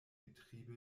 getriebe